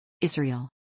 Israel